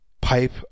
pipe